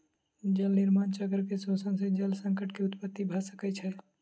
जल निर्माण चक्र के शोषण सॅ जल संकट के उत्पत्ति भ सकै छै